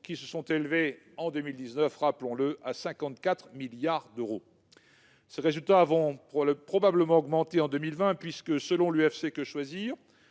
qui se sont élevées en 2019 à 54 milliards d'euros. Ces résultats vont probablement augmenter en 2020, puisque, selon l'UFC-Que Choisir,